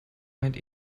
meint